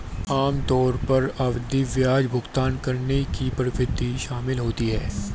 आम तौर पर आवधिक ब्याज का भुगतान करने की प्रतिबद्धता शामिल होती है